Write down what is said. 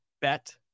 bet